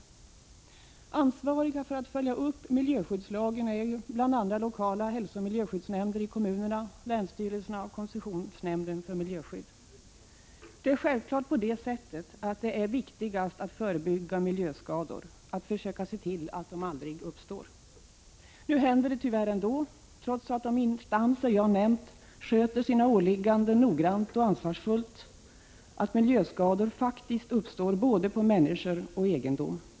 De som är ansvariga för att följa upp miljöskyddslagen är bl.a. lokala hälsooch miljöskyddsnämnder i kommunerna, länsstyrelserna och koncessionsnämnden för miljöskydd. Det är självklart att det är viktigast att förebygga miljöskador, att försöka se till att de aldrig uppstår. Nu händer det tyvärr ändå, trots att de instanser jag nämnt sköter sina åligganden noggrant och ansvarsfullt, att miljöskador faktiskt uppstår på både människor och egendom.